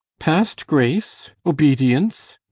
past grace? obedience?